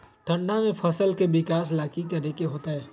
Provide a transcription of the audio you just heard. ठंडा में फसल के विकास ला की करे के होतै?